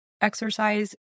exercise